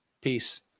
peace